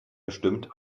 bestimmt